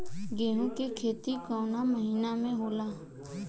गेहूँ के खेती कवना महीना में होला?